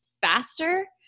faster